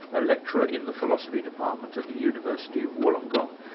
a lecturer in the philosophy department at the university of wollongong,